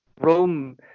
Rome